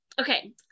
Okay